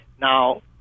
Now